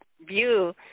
view